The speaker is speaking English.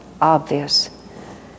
obvious